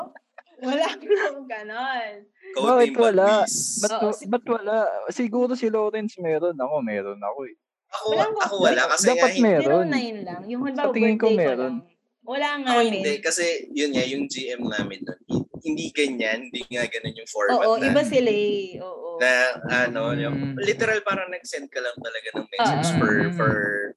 Wala akong ganon. Kaunti Bakit yung wala? batwis. Ba't wa- Oo, si- ba't wala? Siguro si Lawrence meron. Ako, meron ako eh. Ako- Walang- ako wala kasi Dapat nga eh. meron. Meron na yun lang. Yung halimbawa Sa tingin ko birthday ko meron. lang. Wala nga Ako hindi yun. kasi yun nga, yung GM namin na, hindi ganyan, hindi nga ganon yung format Oo, iba na- sila eh. Oo. Na ano, yung- Mm. literal parang nag-send ka lang talaga ng messages Ah, ah. for- Mm. for-